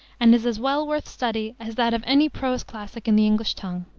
and is as well worth study as that of any prose classic in the english tongue.